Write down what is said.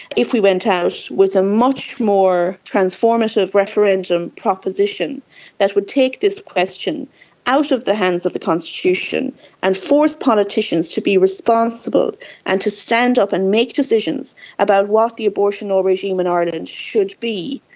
if we went out with a much more transformative referendum proposition that would take this question out of the hands of the constitution and force politicians to be responsible and to stand up and make decisions about what the abortion ah regime in ireland and should be,